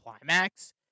climax